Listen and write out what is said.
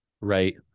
Right